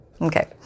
Okay